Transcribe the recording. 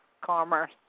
commerce